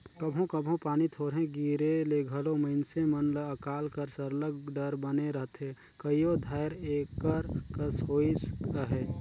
कभों कभों पानी थोरहें गिरे ले घलो मइनसे मन ल अकाल कर सरलग डर बने रहथे कइयो धाएर एकर कस होइस अहे